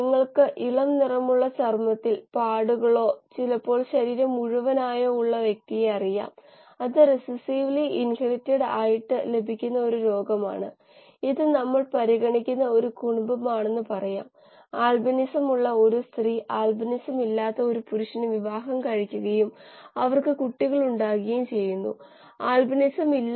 നമ്മൾ അവയിൽ സ്പർശിക്കുകയേയുള്ളൂ കാരണം ഡിഎൻഎ സാങ്കേതികവിദ്യ ഒരു വലിയ വിഭാഗമാണ് പ്രവർത്തനം മെച്ചപ്പെടുത്തുന്നതിനുള്ള അതിന്റെ പ്രസക്തിയെക്കുറിച്ചോ അല്ലെങ്കിൽ ഒരു ബയോറിയാക്ടറിൽ നിന്നുള്ള ഫലങ്ങളെക്കുറിച്ചോ ഞാൻ സംസാരിക്കും